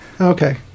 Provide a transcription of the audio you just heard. Okay